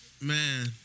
Man